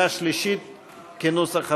כנוסח הוועדה.